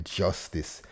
justice